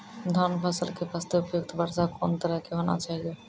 धान फसल के बास्ते उपयुक्त वर्षा कोन तरह के होना चाहियो?